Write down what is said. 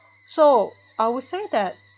so I will say that